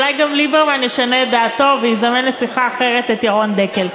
אולי גם ליברמן ישנה את דעתו ויזמן לשיחה אחרת את ירון דקל.